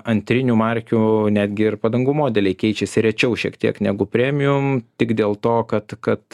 antrinių markių netgi ir padangų modeliai keičiasi rečiau šiek tiek negu premijum tik dėl to kad kad